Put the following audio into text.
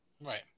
right